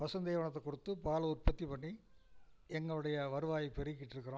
பசுந்தீவனத்தை கொடுத்து பால் உற்பத்தி பண்ணி எங்களுடைய வருவாய் பெருக்கிட்டு இருக்கிறோம்